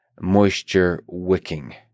moisture-wicking